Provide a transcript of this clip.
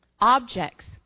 objects